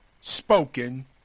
Spoken